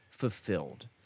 fulfilled